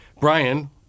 Brian